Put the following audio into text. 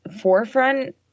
forefront